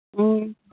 ꯎꯝ